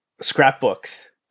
scrapbooks